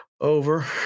Over